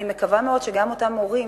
אני מקווה מאוד שגם אותם הורים,